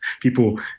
people